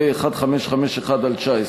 פ/1551/19.